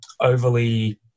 overly